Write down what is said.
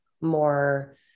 more